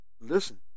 listen